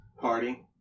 party